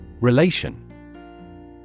Relation